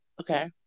Okay